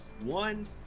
One